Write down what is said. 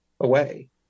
away